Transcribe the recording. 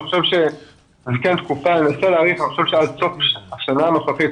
אני חושב שננסה להאריך אני חושב שעד סוף השנה הנוכחית,